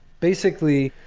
basically,